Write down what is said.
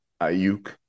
Ayuk